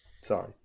sorry